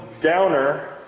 downer